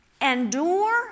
Endure